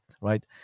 right